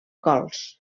gols